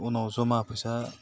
उनाव जमा फैसा